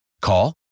Call